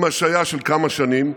עם השהייה של כמה שנים,